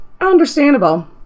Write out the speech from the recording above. understandable